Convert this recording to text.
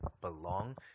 belong